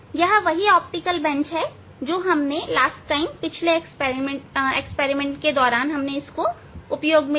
यह वही optical bench है जो पिछली बार हमने उपयोग की थी